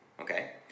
okay